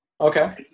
Okay